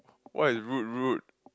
what is rude rude